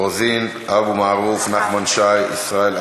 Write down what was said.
רוזין, אבו מערוף, נחמן שי, ישראל אייכלר,